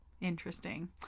interesting